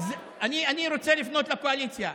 אני רוצה לפנות לקואליציה.